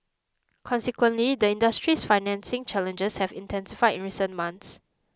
consequently the industry's financing challenges have intensified in recent months